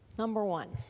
number one